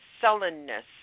sullenness